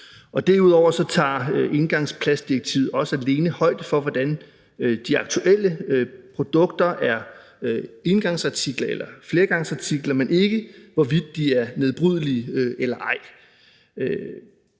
Derudover tager engangsplastdirektivet også alene højde for, hvordan de aktuelle produkter er engangsartikler eller flergangsartikler, men ikke, hvorvidt de er nedbrydelige eller ej.